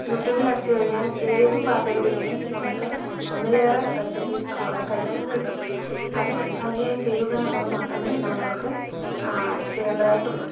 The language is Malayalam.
യൂട്യൂബിലടിച്ചു കഴിഞ്ഞാൽ ഏതു പാചകവിദ്യയും നമുക്ക് ഒന്നിലേറെ റെസിപ്പീസ് നമ്മുടെ കയ്യിൽ കിട്ടും അത് ഭംഗിയായി ചെയ്യുക എന്നത് മാത്രമേ നമ്മൾക്ക് ചെയ്യേണ്ടതായിട്ടുള്ളൂ